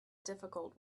difficult